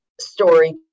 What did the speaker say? story